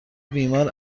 بیمار